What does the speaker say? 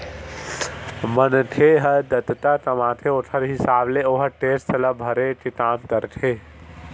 मनखे ह जतका कमाथे ओखर हिसाब ले ओहा टेक्स ल भरे के काम करथे